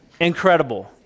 incredible